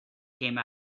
came